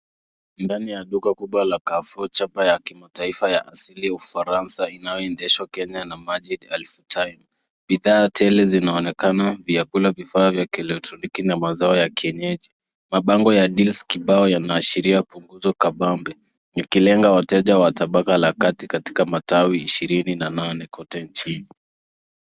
Ndani ya duka kubwa la Carrefour, chapa ya kimataifa ya asili ya Ufaransa inayoendeshwa Kenya na Majid Alfuttahim. Bidhaa tele zinaonekana, vyakula, vifaa vya kielektroniki na mazao ya kienyeji. Mabango ya deals kibao yanaashiria punguzo kambambe, ikilenga wateja wa tabaka la kati katika matawi ishirini na nane kote nchini.